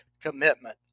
commitment